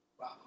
Wow